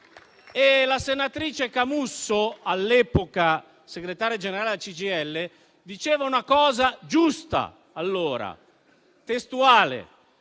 La senatrice Camusso, all'epoca segretario generale della CGIL, diceva una cosa giusta: «non